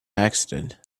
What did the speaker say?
accident